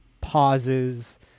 pauses